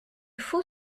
faut